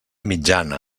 mitjana